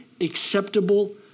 acceptable